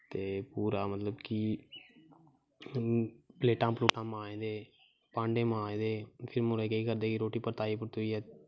कते पूरा मतलव की पलेटां पलूटां मांजदे फ्ही मुड़े केह् करदे कि मुड़े रोटी बरताईयै